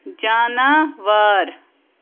جاناوار